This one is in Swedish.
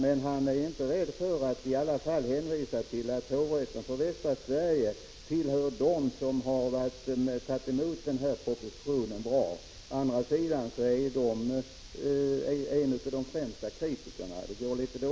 Men han är inte rädd för att i alla fall hänvisa till att hovrätten över Västra Sverige tillhör dem som har tagit emot propositionen väl. Å andra sidan är den hovrätten en av de främsta kritikerna. Det går litet — Prot.